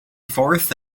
fourth